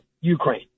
Ukraine